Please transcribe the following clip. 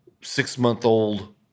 six-month-old